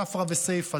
ספרא וסייפא,